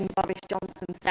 boris johnson said.